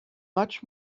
much